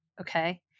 Okay